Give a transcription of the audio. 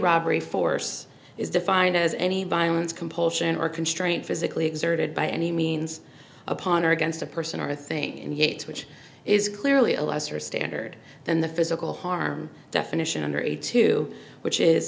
robbery force is defined as any violence compulsion or constraint physically exerted by any means upon or against a person or thing and aids which is clearly a lesser standard than the physical harm definition under it to which is